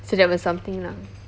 so there was something lah